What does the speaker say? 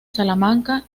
salamanca